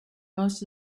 most